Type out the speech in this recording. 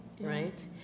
right